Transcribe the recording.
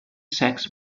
sex